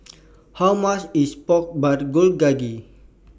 How much IS Pork Bulgogi